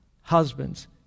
Husbands